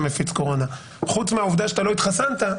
מפיץ קורונה חוץ מהעובדה שלא התחסנת,